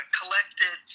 collected